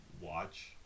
watch